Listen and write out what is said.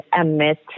emit